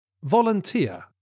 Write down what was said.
Volunteer